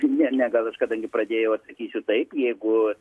ne ne gal aš kadangi pradėjau atsakysiu taip jeigu